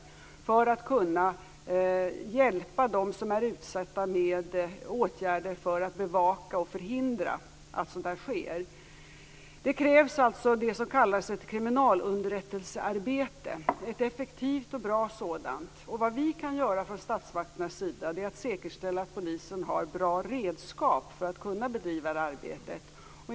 Detta har man gjort för att kunna hjälpa dem som är utsatta med åtgärder för att bevaka och förhindra att sådant här sker. Det krävs alltså det som kallas ett kriminalunderrättelsearbete, ett effektivt och bra sådant. Vad statsmakterna kan göra är att säkerställa att polisen har bra redskap för att kunna bedriva det här arbetet.